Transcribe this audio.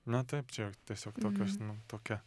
na taip čia tiesiog tokios nu tokia